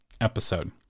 episode